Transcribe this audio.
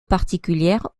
particulière